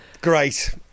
Great